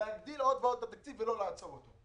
להגדיל עוד ועוד את התקציב ולא לעצור אותו.